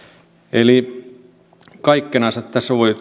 eli kaikkinensa tässä voi